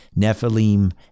Nephilim